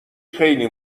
خیلی